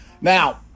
Now